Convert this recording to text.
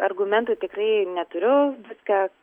argumentų tikrai neturiu viską